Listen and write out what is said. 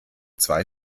zwei